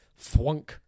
thwunk